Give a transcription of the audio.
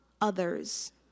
others